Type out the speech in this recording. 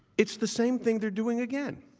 it's the same thing they are doing again.